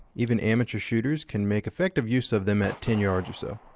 even amateur shooters can make effective use of them at ten yards or so.